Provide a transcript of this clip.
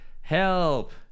Help